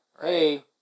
Hey